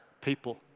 people